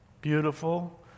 beautiful